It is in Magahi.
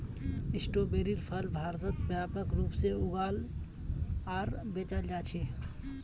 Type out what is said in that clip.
स्ट्रोबेरीर फल भारतत व्यापक रूप से उगाल आर बेचाल जा छेक